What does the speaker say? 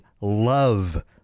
love